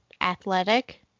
athletic